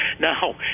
now